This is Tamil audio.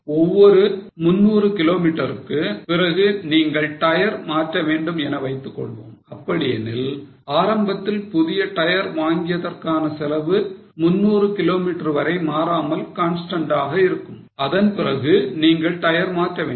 ஒவ்வொரு 300 கிலோ மீட்டருக்கு பிறகு நீங்கள் டயர் மாற்றவேண்டும் என வைத்துக்கொள்வோம் அப்படி எனில் ஆரம்பத்தில் புதிய டயர் வாங்கியதற்கான செலவு 300 கிலோ மீட்டர் வரை மாறாமல் constant ஆக இருக்கும் அதன்பிறகு நீங்கள் டயர் மாற்ற வேண்டும்